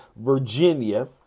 Virginia